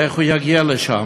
איך הוא יגיע לשם?